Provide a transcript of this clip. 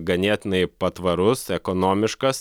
ganėtinai patvarus ekonomiškas